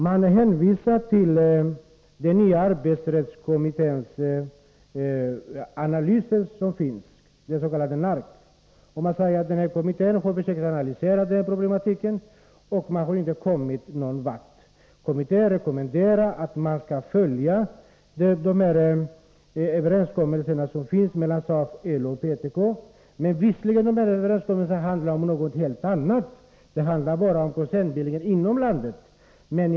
Man hänvisar till den nya arbetsrättskommitténs analyser, den s.k. Nark, och säger att kommittén får försöka analysera den här problematiken. Men ännu har den inte kommit någon vart. Kommittén rekommenderar att de överenskommelser som finns mellan SAP och LO/PTK skall följas. Men vissa av dessa överenskommelser handlar om något helt annat, nämligen om koncernbildningar inom landet.